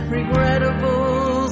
Regrettable